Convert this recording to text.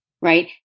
right